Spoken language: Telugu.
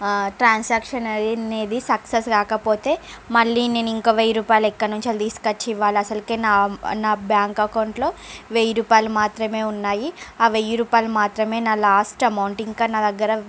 ట్రాన్సాక్షన్ అనేది సక్సెస్ కాకపోతే మళ్ళీ నేను ఇంకో వెయ్యి రూపాయలు ఎక్కడి నుంచి తీసుకొచ్చి ఇవ్వాలి అసలుకే నా నా బ్యాంక్ అకౌంట్ లో వెయ్యి రూపాయలు మాత్రమే ఉన్నాయి ఆ వెయ్యి రూపాయలు మాత్రమే నా లాస్ట్ అమౌంట్ ఇంకా నాదగ్గర